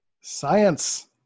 Science